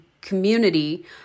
community